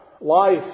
Life